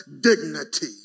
dignity